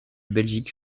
belgique